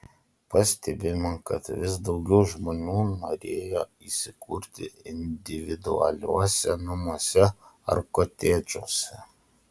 pastebima kad vis daugiau žmonių norėjo įsikurti individualiuose namuose ar kotedžuose